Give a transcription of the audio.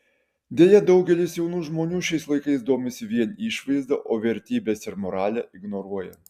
deja daugelis jaunų žmonių šiais laikais domisi vien išvaizda o vertybes ir moralę ignoruoja